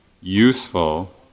useful